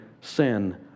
sin